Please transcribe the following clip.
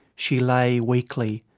she lay weakly.